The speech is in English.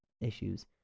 issues